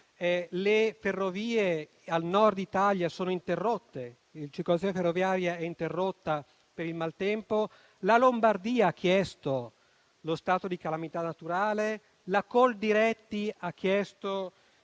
un malore; al Nord Italia la circolazione ferroviaria è interrotta per il maltempo; la Lombardia ha chiesto lo stato di calamità naturale; la Coldiretti ha chiesto